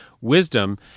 wisdom